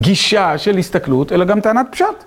גישה של הסתכלות, אלא גם טענת פשט.